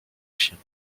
chiens